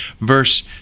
verse